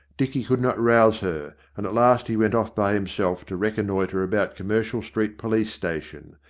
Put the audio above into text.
dicky could not rouse her, and at last he went off by himself to reconnoitre about commercial street police station,